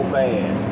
bad